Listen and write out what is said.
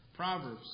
Proverbs